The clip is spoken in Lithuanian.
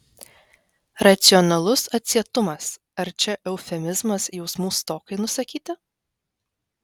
racionalus atsietumas ar čia eufemizmas jausmų stokai nusakyti